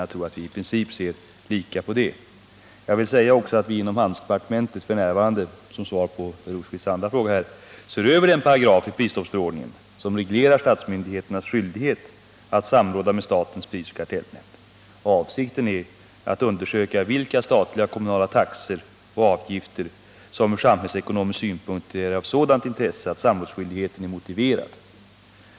Jag tror att Birger Rosqvist och jag i princip ser på samma sätt på den. Jag vill som svar på herr Rosqvists andra fråga säga att vi inom handelsdepartementet f. n. ser över den paragraf i prisstoppsförordningen som reglerar statsmyndigheternas skyldighet att samråda med statens prisoch kartellnämnd. Avsikten är att undersöka vilka statliga och kommunala taxor och avgifter som ur samhällsekonomisk synpunkt är av sådant intresse att samrådsskyldighet är motiverad.